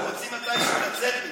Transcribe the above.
רוצים מתישהו לצאת מפה.